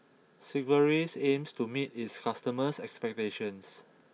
Sigvaris aims to meet its customers' expectations